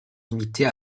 limitée